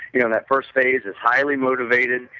you know in that first phase is highly motivated,